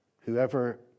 Whoever